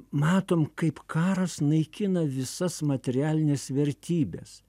matom kaip karas naikina visas materialines vertybes